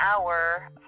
hour